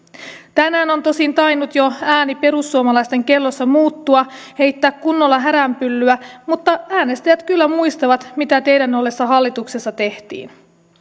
tänään on tosin tainnut jo ääni perussuomalaisten kellossa muuttua heittää kunnolla häränpyllyä mutta äänestäjät kyllä muistavat mitä teidän ollessa hallituksessa tehtiin